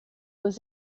was